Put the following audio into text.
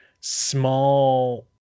small